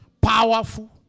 powerful